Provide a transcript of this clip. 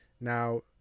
now